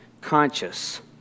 conscious